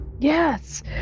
Yes